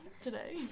today